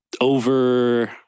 over